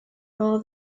all